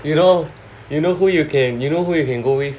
you know you know who you can you know who you can go with